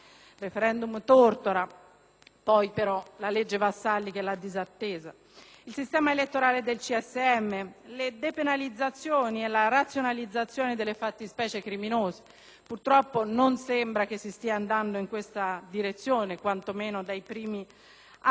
e la legge Vassalli che l'ha disatteso), il sistema elettorale del CSM, le depenalizzazioni e la razionalizzazione delle fattispecie criminose. Purtroppo non sembra che si stia andando in questa direzione, quantomeno dai primi atti di questa legislatura.